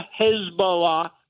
Hezbollah